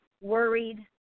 worried